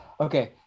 Okay